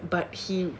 but he